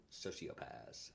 sociopaths